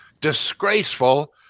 disgraceful